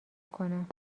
کنم